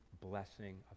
blessing